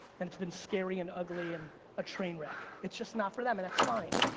and it's been scary and ugly and a train wreck. it's just not for them, and that's fine.